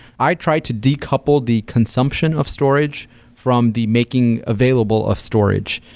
i try to decouple the consumption of storage from the making available of storage,